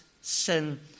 sin